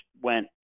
went